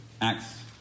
Acts